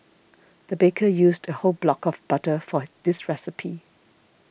the baker used a whole block of butter for this recipe